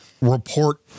report